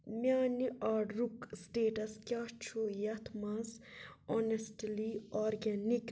میٛانہِ آرڈرُک سِٹیٹس کیٛاہ چھُ یتھ مَنٛز آنیٚسٹلی آرگینِک